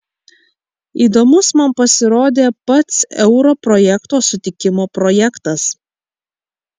įdomus man pasirodė pats euro projekto sutikimo projektas